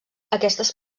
aquestes